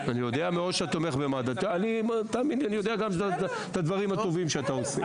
אני יודע גם את הדברים הטובים שאתה עושה.